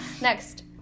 Next